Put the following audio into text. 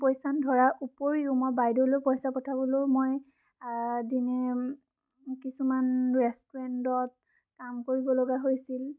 পৈচান ধৰা উপৰিও মই বাইদেউলৈ পইচা পঠাবলৈও মই দিনে কিছুমান ৰেষ্টুৰেন্টত কাম কৰিব লগা হৈছিল